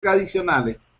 tradicionales